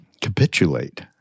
capitulate